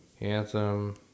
Anthem